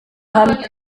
hamwe